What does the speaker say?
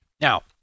Now